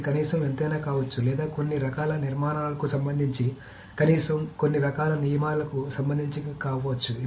అది కనీసం ఎంతైనా కావచ్చు లేదా కొన్ని రకాల నిర్మాణాలకు సంబంధించి కనీసం కొన్ని రకాల నియమాలకు సంబంధించినది కావచ్చు